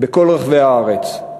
בכל רחבי הארץ.